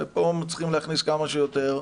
ופה צריכים להכניס כמה שיותר,